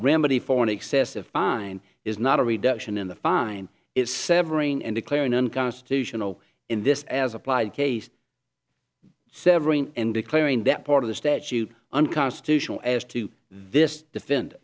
remedy for an excessive fine is not a reduction in the fine it's severing and declaring unconstitutional in this as applied case severing and declaring that part of the statute unconstitutional as to this defend